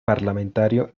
parlamentario